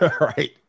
right